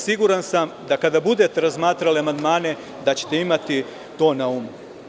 Siguran sam da ćete, kada budete razmatrali amandmane, to imati na umu.